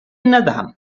nedar